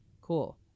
cool